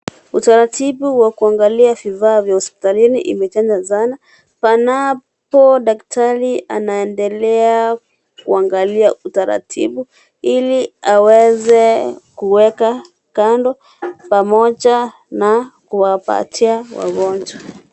Utaratibu wa kuangalia vifaa vya hospitalini imechacha sana. Panapo daktari anaendelea kuangalia utaratibu ili aweze kuweka kando pamoja na kuwapatia wagonjwa.